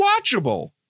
watchable